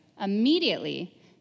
Immediately